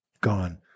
gone